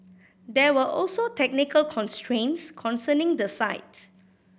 there were also technical constraints concerning the site